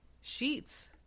sheets